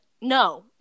No